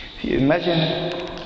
Imagine